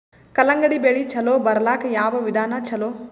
ಕಲ್ಲಂಗಡಿ ಬೆಳಿ ಚಲೋ ಬರಲಾಕ ಯಾವ ವಿಧಾನ ಚಲೋ?